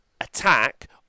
attack